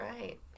right